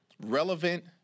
relevant